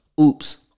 oops